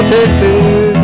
Texas